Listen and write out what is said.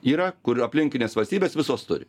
yra kur aplinkinės valstybės visos turi